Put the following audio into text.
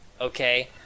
Okay